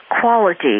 quality